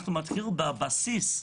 אנחנו מתחילים בבסיס.